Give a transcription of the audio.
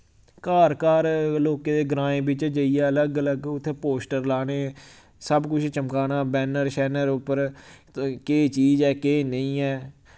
घर घर लोकें दे ग्राएं बिच्च जाइयै अलग अलग उत्थै पोस्टर लाने सब कुछ चमकाना बैनर शैनर उप्पर केह् चीज ऐ केह् नेईं ऐ